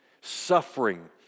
suffering